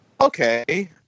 okay